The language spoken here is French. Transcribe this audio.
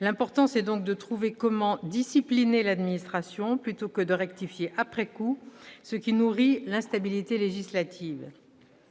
L'important est donc de trouver comment discipliner l'administration, plutôt que de rectifier après coup, ce qui nourrit l'instabilité législative.